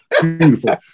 Beautiful